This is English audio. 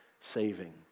saving